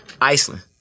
Iceland